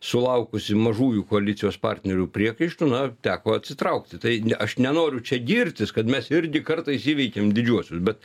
sulaukusi mažųjų koalicijos partnerių priekaištų na teko atsitraukti tai ne aš nenoriu čia girtis kad mes irgi kartais įveikiam didžiuosius bet